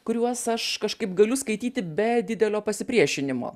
kuriuos aš kažkaip galiu skaityti be didelio pasipriešinimo